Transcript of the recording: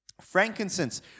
Frankincense